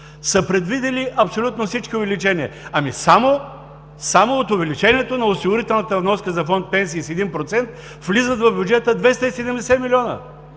са предвидили абсолютно всички увеличения? Само от увеличението на осигурителната вноска за Фонд „Пенсии“ с 1% влизат в бюджета 270 милиона.